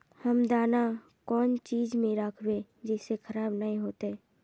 हम दाना कौन चीज में राखबे जिससे खराब नय होते?